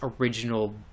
original